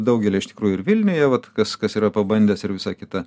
daugelio iš tikrųjų ir vilniuje vat kas kas yra pabandęs ir visa kita